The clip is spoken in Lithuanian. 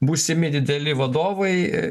būsimi dideli vadovai